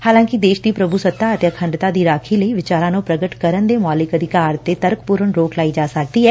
ਹਾਂਲਾਕਿ ਦੇਸ਼ ਦੀ ਪ੍ਰਭੂੱਸਤਾ ਅਤੇ ਅਖੰਡਤਾ ਦੀ ਰਾਖੀ ਲਈ ਵਿਚਾਰਾਂ ਨੂੰ ਪ੍ਰਗਟ ਕਰਨ ਦੇ ਮੌਲਿਕ ਅਧਿਕਾਰ ਤੇ ਤਰਕਪੁਰਨ ਰੋਕ ਲਾਈ ਜਾ ਸਕਦੀ ਐ